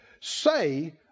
say